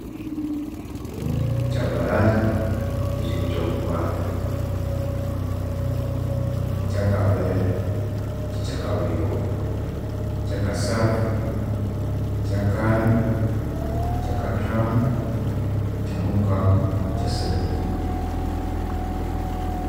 Kyabalazi kyekyiro okyokubanza, kyakabiri kyekyakabiri obo, kyakasathu, kyakani, kyakathanu, kyamukagha, kyasabiti.